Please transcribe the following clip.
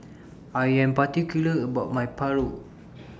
I Am particular about My Paru